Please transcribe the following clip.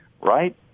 right